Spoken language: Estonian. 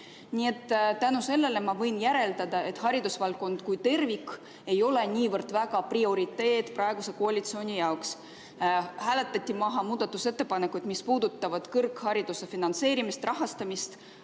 tasemel. Tänu sellele ma võin järeldada, et haridusvaldkond kui tervik ei ole niivõrd prioriteet praeguse koalitsiooni jaoks. Hääletati maha muudatusettepanekud, mis puudutavad kõrghariduse finantseerimist, rahastamist,